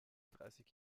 dreißig